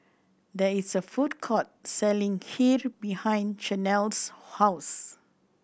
there is a food court selling Kheer behind Chanelle's house